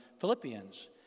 Philippians